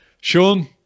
sean